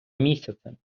місяцем